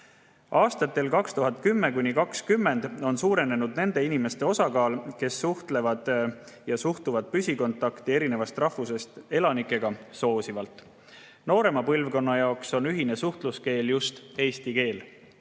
2010–2020 suurenes nende inimeste osakaal, kes suhtlevad ja suhtuvad püsikontakti erinevast rahvusest elanikega soosivalt. Noorema põlvkonna jaoks on ühine suhtluskeel just eesti keel